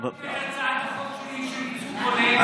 למה לא אישרתם את הצעת החוק שלי של ייצוג הולם,